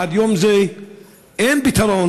עד יום זה אין פתרון,